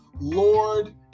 Lord